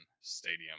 Stadium